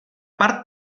part